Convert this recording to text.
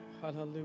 Hallelujah